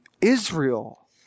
Israel